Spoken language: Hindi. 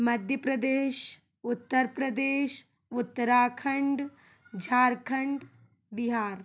मध्य प्रदेश उत्तर प्रदेश उत्तराखंड झारखंड बिहार